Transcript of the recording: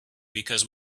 because